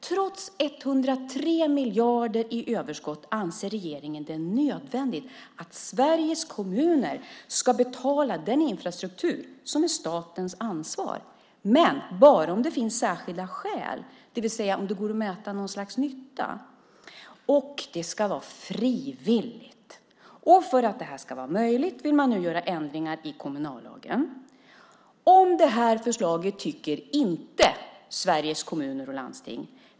Trots 103 miljarder i överskott anser regeringen att det är nödvändigt att Sveriges kommuner ska betala den infrastruktur som är statens ansvar, men bara om det finns särskilda skäl, det vill säga om det går att mäta något slags nytta. Och det ska vara frivilligt. För att detta ska vara möjligt vill man nu göra ändringar i kommunallagen. Om detta förslag tycker Sveriges Kommuner och Landsting inte.